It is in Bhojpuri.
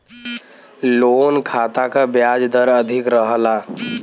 लोन खाता क ब्याज दर अधिक रहला